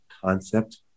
concept